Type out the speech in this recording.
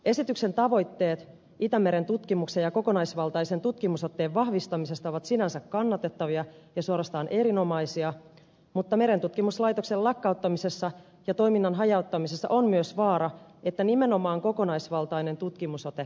esityksen tavoitteet itämeren tutkimuksen ja kokonaisvaltaisen tutkimusotteen vahvistamisesta ovat sinänsä kannatettavia ja suorastaan erinomaisia mutta merentutkimuslaitoksen lakkauttamisessa ja toiminnan hajauttamisessa on myös vaara että nimenomaan kokonaisvaltainen tutkimusote kärsii